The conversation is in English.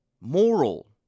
moral